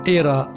era